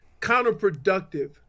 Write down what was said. counterproductive